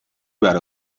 بره